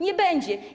Nie będzie.